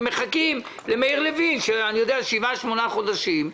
מחכים למאיר לוין שבעה-שמונה חודשים.